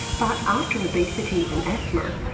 but after obesity and asthma,